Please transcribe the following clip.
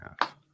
half